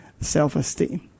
self-esteem